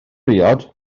briod